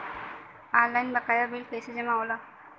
Online बकाया bill कैसे जमा होला?